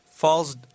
Falls